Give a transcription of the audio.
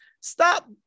stop